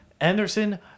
Anderson